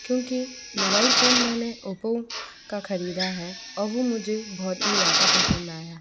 क्योंकि mobile phone मैंने Oppo का ख़रीदा है और वो मुझे बहुत ही ज़्यादा पसंद आया